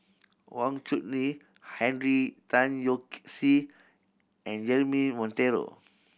Wang Chunde Henry Tan Yoke See and Jeremy Monteiro